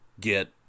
get